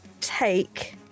take